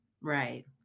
Right